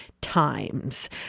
times